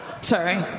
Sorry